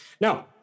Now